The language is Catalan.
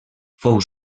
fou